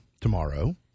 tomorrow